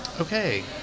Okay